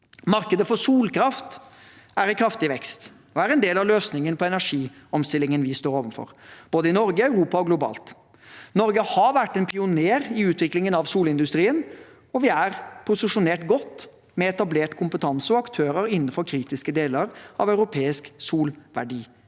Markedet for solkraft er i kraftig vekst og er en del av løsningen på energiomstillingen vi står overfor, både i Norge, i Europa og globalt. Norge har vært en pioner i utviklingen av solindustrien, og vi er godt posisjonert med etablert kompetanse og aktører innenfor kritiske deler av en europeisk solverdikjede.